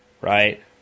right